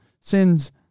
Sins